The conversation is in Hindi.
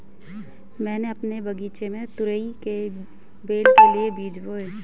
मैंने अपने बगीचे में तुरई की बेल के लिए बीज बोए